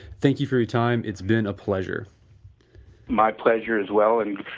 thank you for your time, it's been a pleasure my pleasure as well. and,